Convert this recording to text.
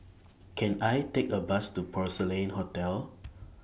Can I Take A Bus to Porcelain Hotel